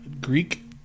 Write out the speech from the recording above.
Greek